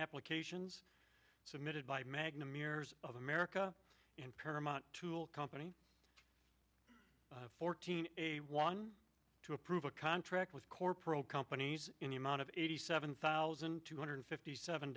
applications submitted by magna mirrors of america and paramount tool company fourteen a one to approve a contract with corporal companies in the amount of eighty seven thousand two hundred fifty seven